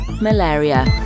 Malaria